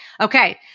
Okay